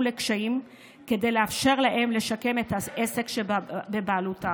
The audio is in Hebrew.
לקשיים כדי לאפשר להם לשקם את העסק שבבעלותם.